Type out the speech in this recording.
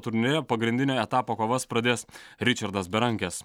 turnyre pagrindinio etapo kovas pradės ričardas berankis